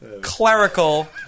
clerical